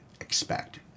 expect